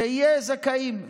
ויהיו זכאים,